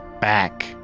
back